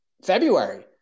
February